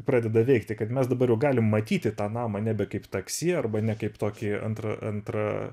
pradeda veikti kad mes dabar jau galim matyti tą namą nebe kaip taksi arba ne kaip tokį antrą antrą